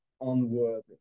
unworthy